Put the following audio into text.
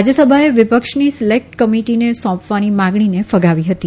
રાજયસભાએ વિપક્ષની સીલેકટ કમિટિને સોંપવાની માંગણીને ફગાવી હતી